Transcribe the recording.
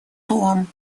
том